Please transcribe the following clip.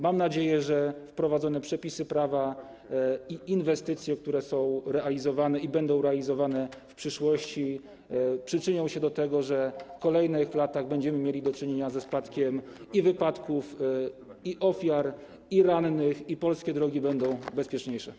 Mam nadzieję, że wprowadzone przepisy prawa i inwestycje, które są realizowane i będą realizowane w przyszłości, przyczynią się do tego, że w kolejnych latach będziemy mieli do czynienia ze spadkiem liczby wypadków, liczby ofiar i rannych, a polskie drogi będą bezpieczniejsze.